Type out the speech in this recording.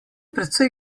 precej